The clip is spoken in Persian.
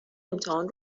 امتحان